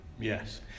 Yes